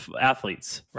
athletes